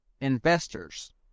investors